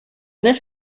this